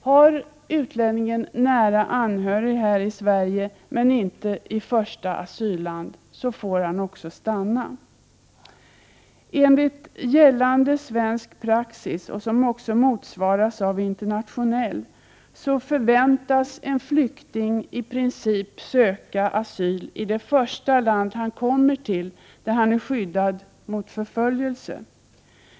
Har utlänningen nära anhörig här i Sverige men inte i första asylland får han också stanna. Enligt gällande svensk praxis, som också motsvaras av internationell, förväntas en flykting i princip söka asyl i det första land som han kommer till där han är skyddad mot förföljelse.